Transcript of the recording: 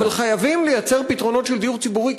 אבל חייבים לייצר פתרונות של דיור ציבורי,